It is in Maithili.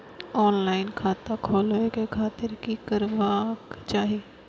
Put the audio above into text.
ऑनलाईन खाता खोलाबे के खातिर कि करबाक चाही?